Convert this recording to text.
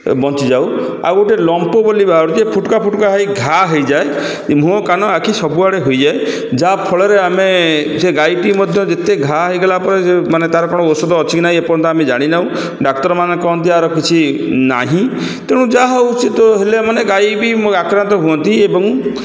ବଞ୍ଚିଯାଉ ଆଉ ଗୋଟେ ଲମ୍ପ ବୋଲି ବାହାରୁଛି ଫୋଟକା ଫୋଟକା ହେଇ ଘା' ହୋଇଯାଏ ମୁହଁ କାନ ଆଖି ସବୁଆଡ଼େ ହୋଇଯାଏ ଯାହା ଫଳରେ ଆମେ ସେ ଗାଈଟି ମଧ୍ୟ ଯେତେ ଘା' ହୋଇଗଲା ପରେ ମାନେ ତା'ର କ'ଣ ଔଷଧ ଅଛି କି ନାହିଁ ଏପର୍ଯ୍ୟନ୍ତ ଆମେ ଜାଣିନୁ ଡାକ୍ତରମାନେ କହନ୍ତି ଆର କିଛି ନାହିଁ ତେଣୁ ଯାହା ହେଉଛି ତ ହେଲେ ମାନେ ଗାଈ ବି ମୋ ଆକ୍ରାନ୍ତ ହୁଅନ୍ତି ଏବଂ